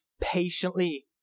patiently